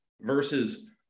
versus